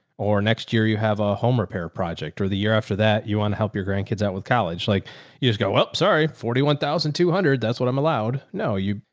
or next year you have a home repair project or the year after that you want to help your grandkids out with college. like you just go up, sorry, forty one thousand two hundred. that's what i'm allowed. no, you,